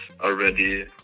already